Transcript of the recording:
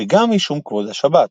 וגם משום כבוד השבת,